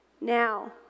Now